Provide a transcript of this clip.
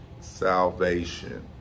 salvation